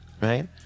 right